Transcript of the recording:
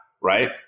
Right